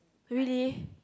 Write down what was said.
really